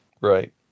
Right